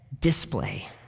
display